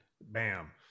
bam